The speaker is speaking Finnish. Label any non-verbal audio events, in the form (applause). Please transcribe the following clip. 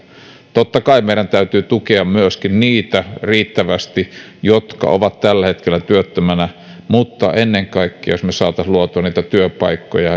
totta kai meidän täytyy tukea myöskin riittävästi niitä jotka ovat tällä hetkellä työttömänä mutta ennen kaikkea jos me saisimme luotua työpaikkoja (unintelligible)